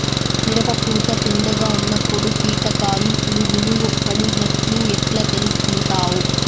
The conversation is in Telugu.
మిరప పూత పిందె గా ఉన్నప్పుడు కీటకాలు పులుగులు పడినట్లు ఎట్లా తెలుసుకుంటావు?